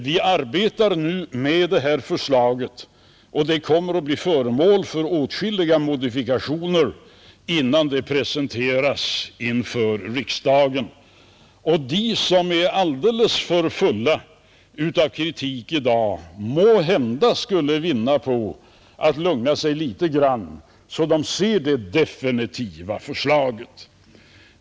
Vi arbetar nu med detta förslag och det kommer att bli föremål för åtskilliga modifikationer innan det framläggs inför riksdagen. De som är alldeles för fulla av kritik i dag måhända skulle vinna på att lugna sig litet grand tills de får se det definitiva förslaget.